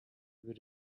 ever